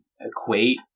equate